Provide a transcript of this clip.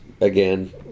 again